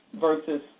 versus